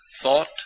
thought